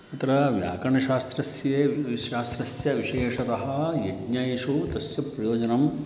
अत्र व्याकरणशास्त्रस्य शास्त्रस्य विशेषतः यज्ञेषु तस्य प्रयोजनं